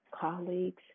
colleagues